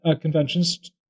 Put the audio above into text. conventions